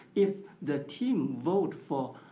if the team vote for